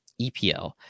EPL